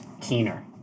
keener